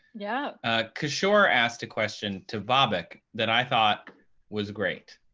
yeah ah kishore asked a question to bobak that i thought was great.